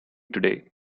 today